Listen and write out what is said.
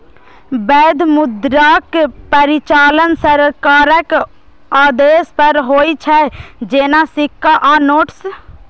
वैध मुद्राक परिचालन सरकारक आदेश पर होइ छै, जेना सिक्का आ नोट्स